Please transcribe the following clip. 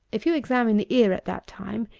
if you examine the ear at that time,